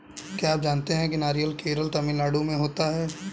क्या आप जानते है नारियल केरल, तमिलनाडू में होता है?